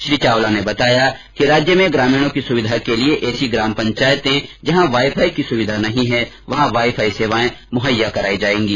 श्री चावला ने बताया कि राजस्थान में ग्रामीणों की सुविधा के लिये ऐसी ग्राम पंचायतें जहाँ वाईफाई की सुविधा नहीं है वहां वाई फाई सेवायें मुहैया कराई जाएंगी